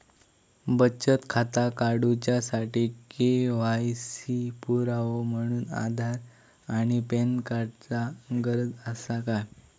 बचत खाता काडुच्या साठी के.वाय.सी पुरावो म्हणून आधार आणि पॅन कार्ड चा गरज आसा काय?